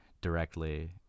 directly